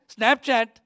Snapchat